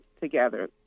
together